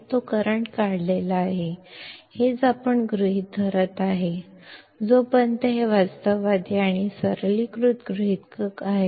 तो करंट काढलेला आहे हेच आपण गृहीत धरत आहोत जोपर्यंत हे वास्तववादी आणि सरलीकृत गृहितक आहे